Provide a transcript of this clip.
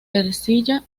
ercilla